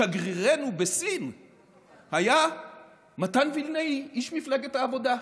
שגרירנו בסין היה מתן וילנאי, איש מפלגת העבודה.